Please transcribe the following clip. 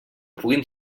puguin